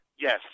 Yes